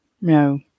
No